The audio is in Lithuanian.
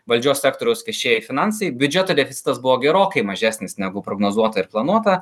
valdžios sektoriaus viešieji finansai biudžeto deficitas buvo gerokai mažesnis negu prognozuota ir planuota